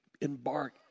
embark